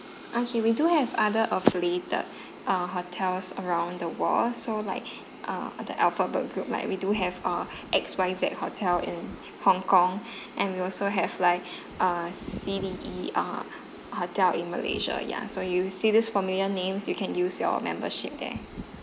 okay we do have other affiliated uh hotels around the world so like uh the alphabet group like we do have a X Y Z hotel in hong-kong and we also have like uh C D E uh hotel in malaysia ya so you see this familiar names you can use your membership there